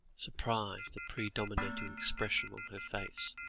surprise the predominating expression on her face.